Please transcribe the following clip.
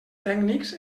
tècnics